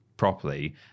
properly